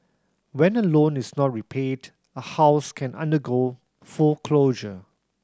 when a loan is not repaid a house can undergo foreclosure